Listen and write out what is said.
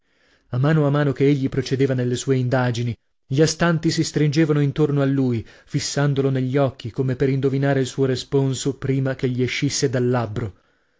a mano a mano che egli procedeva nelle sue indagini gli astanti si stringevano intorno a lui fissandolo negli occhi come per indovinare il suo responso prima che gli escusse dal labbro